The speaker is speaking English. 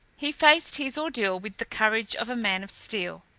he faced his ordeal with the courage of a man of steel.